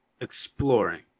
Exploring